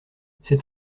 c’est